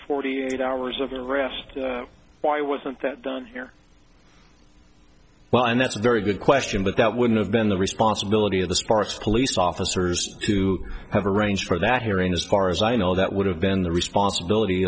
forty eight hours of graft why wasn't that done here well and that's a very good question but that wouldn't have been the responsibility of the sparts police officers to have arranged for that hearing as far as i know that would have been the responsibility